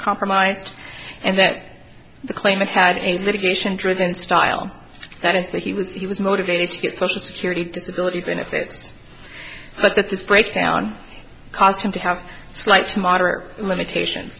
compromise and that the claimant had a litigation driven style that is that he was he was motivated to get social security disability benefits but that this breakdown caused him to have slight moderate limitations